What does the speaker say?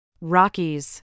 Rockies